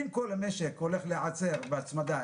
אם כל המשק הולך להיעצר בהצמדה,